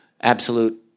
absolute